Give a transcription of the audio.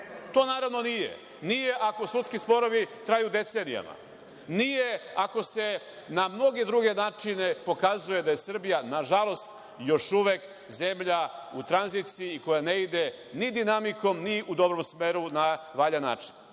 To naravno nije. Nije ako sudski sporovi traju decenijama. Nije ako se na mnoge druge načine pokazuje da je Srbija, nažalost, još uvek zemlja u tranziciji koja ne ide ni dinamikom, ni u dobrom smeru na valjan